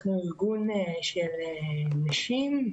אנחנו ארגון של נשים,